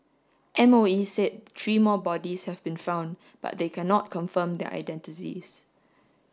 M O E said three more bodies have been found but they cannot confirm their identities